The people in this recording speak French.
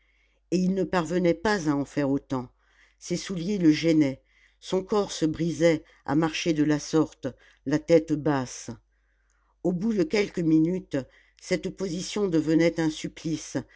et il ne parvenait pas à en faire autant ses souliers le gênaient son corps se brisait à marcher de la sorte la tête basse au bout de quelques minutes cette position devenait un supplice